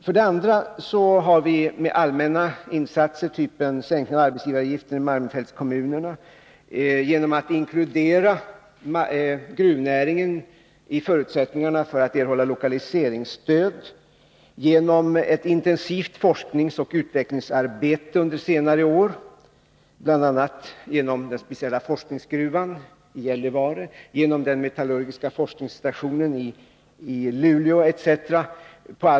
För det andra har vi med allmänna insatser på allt sätt försökt skapa så gynnsamma förutsättningar som möjligt även för gruvindustrin: sänkningen av arbetsgivaravgiften i malmfältskommunerna, tillämpning av regionalpolitiska stödformer även för gruvnäringen, ett intensivt forskningsoch utvecklingsarbete under senare år, bl.a. genom den speciella forskningsgruvan i Gällivare och den metallurgiska forskningsstationen i Luleå.